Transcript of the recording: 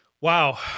wow